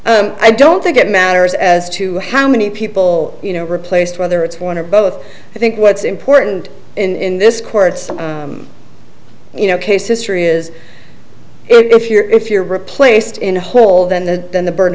s i don't think it matters as to how many people you know replaced whether it's one or both i think what's important in this court's you know case history is if you're if you're replaced in a hole then the burden